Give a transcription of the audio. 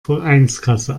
vereinskasse